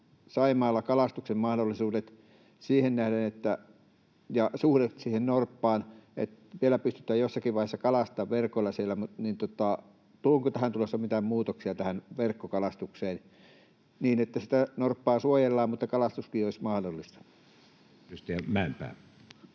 Saimaalla kalastuksen mahdollisuudet ja suhde siihen norppaan siihen nähden, että vielä pystytään jossakin vaiheessa kalastamaan verkolla siellä? Onko tähän tulossa mitään muutoksia tähän verkkokalastukseen niin, että sitä norppaa suojellaan mutta kalastuskin olisi mahdollista? [Speech